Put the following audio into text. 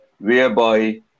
whereby